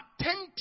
attentive